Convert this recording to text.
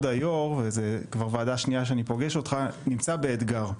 היושב ראש - זו כבר ישיבת ועדה שנייה שאני פוגש אותך נמצא באתגר.